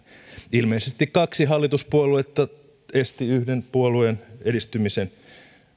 ilmeisesti kaksi hallituspuoluetta esti yhden puolueen edistymisen